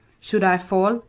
should i fall,